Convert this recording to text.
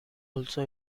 also